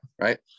right